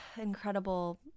incredible